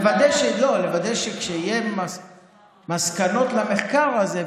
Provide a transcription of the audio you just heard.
ולוודא שכשיהיו מסקנות למחקר הזה,